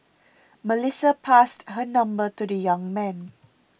Melissa passed her number to the young man